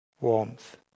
Warmth